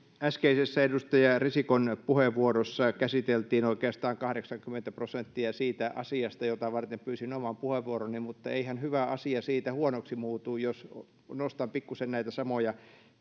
äskeisessä edustaja risikon puheenvuorossa käsiteltiin oikeastaan kahdeksaakymmentä prosenttia siitä asiasta jota varten pyysin oman puheenvuoroni mutta eihän hyvä asia siitä huonoksi muutu jos nostan pikkuisen näitä samoja